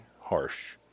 harsh